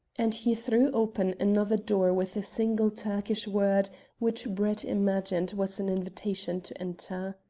and he threw open another door with a single turkish word which brett imagined was an invitation to enter.